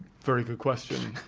very good question.